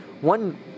One